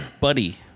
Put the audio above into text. buddy